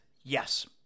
yes